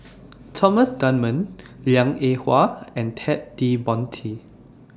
Thomas Dunman Liang Eng Hwa and Ted De Ponti